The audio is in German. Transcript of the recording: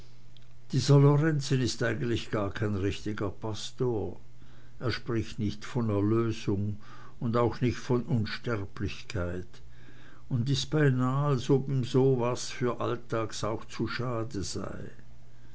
dieser lorenzen is eigentlich gar kein richtiger pastor er spricht nicht von erlösung und auch nicht von unsterblichkeit und is beinah als ob ihm so was für alltags wie zu schade sei